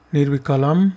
Nirvikalam